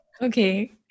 Okay